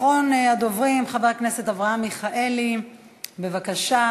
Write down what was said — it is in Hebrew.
אחרון הדוברים, חבר הכנסת אברהם מיכאלי, בבקשה.